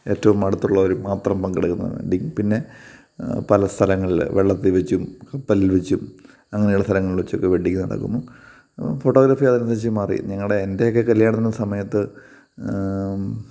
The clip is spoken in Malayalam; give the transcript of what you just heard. ഏറ്റവും അടുത്തുള്ളവർ മാത്രം പങ്കെടുക്കുന്നതാണ് പിന്നെ പല സ്ഥലങ്ങളിൽ വെള്ളത്തിൽ വെച്ചും കപ്പലിൽ വെച്ചും അങ്ങനെയുള്ള സ്ഥലങ്ങളിൽ വച്ചൊക്കെ വെഡ്ഡിങ്ങ് നടക്കുന്നു ഫോട്ടോഗ്രാഫി അതിന് അനുസരിച്ചു മാറി എന്റെയൊക്കെ കല്യാണത്തിന്റെ സമയത്ത്